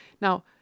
Now